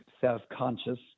self-conscious